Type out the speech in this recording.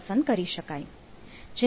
પસંદ કરી શકાય